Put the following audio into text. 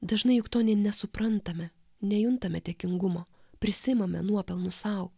dažnai juk to nė nesuprantame nejuntame dėkingumo prisiimame nuopelnų sau